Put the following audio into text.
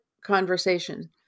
conversation